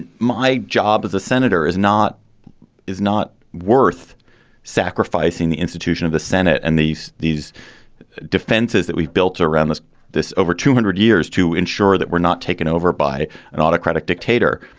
my job as a senator is not is not worth sacrificing the institution of the senate. and these these defenses that we've built around this this over two hundred years to ensure that we're not taken over by an autocratic dictator.